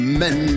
men